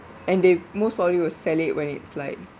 and they most probably will sell it when it's like